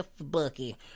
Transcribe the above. Bucky